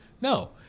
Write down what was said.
No